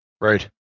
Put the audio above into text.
Right